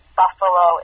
buffalo